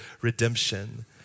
redemption